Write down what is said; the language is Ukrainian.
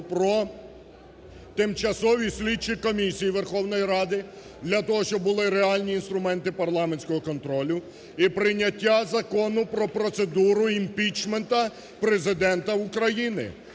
про Тимчасові слідчі комісії Верховної Ради для того, щоб були реальні інструменти парламентського контролю, і прийняття Закону про процедуру імпічменту Президента України